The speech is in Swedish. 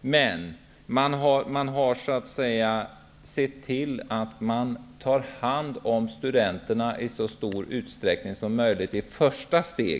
Men man har där så att säga sett till att redan i första steget ta hand om studenterna i så stor utsträckning som möjligt. Vid en fri